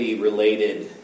related